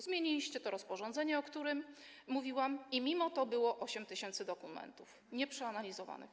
Zmieniliście rozporządzenie, o którym mówiłam, i mimo to 8 tys. dokumentów było nieprzeanalizowanych.